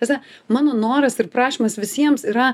prasme mano noras ir prašymas visiems yra